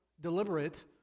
deliberate